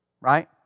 Right